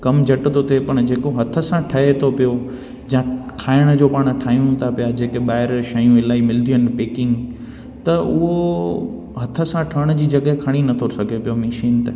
कमु झटि थो थिए पाण जेको हथ सां ठहे थो पियो जा खाइण जो पाण खाऊं था पिया जेके ॿाहिरि शयूं इलाही मिलंदियूं हुयूं पैकिंग त उहो हथ सां ठहण जी जॻहि खणी नथो सघे पियो मशीन त